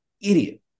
idiot